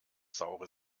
saure